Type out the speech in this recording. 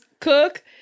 cook